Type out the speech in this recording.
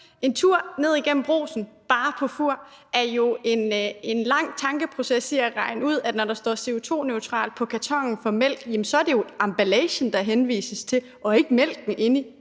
En tur ned igennem Brugsen, bare på Fur, er jo en lang tankeproces med hensyn til at regne ud, at når der står CO2-neutral på kartonen for mælk, jamen så er det jo emballagen, der henvises til, og f.eks. ikke mælken inde i